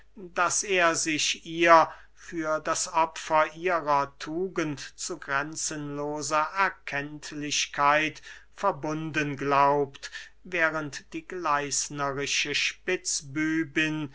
daß er sich ihr für das opfer ihrer tugend zu grenzenloser erkenntlichkeit verbunden glaubt während die